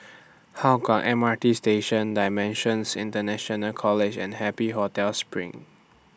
Hougang M R T Station DImensions International College and Happy Hotel SPRING